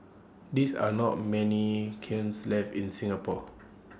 these are not many kilns left in Singapore